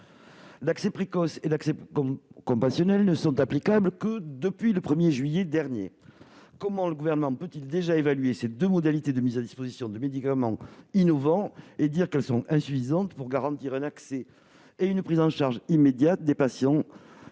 L'accès précoce et l'accès compassionnel ne sont applicables que depuis le 1 juillet dernier. Comment le Gouvernement peut-il déjà évaluer que ces deux modalités de mise à disposition de médicaments innovants sont insuffisantes pour « garantir un accès et une prise en charge immédiats des patients